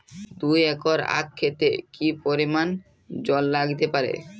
দুই একর আক ক্ষেতে কি পরিমান জল লাগতে পারে?